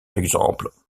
exemple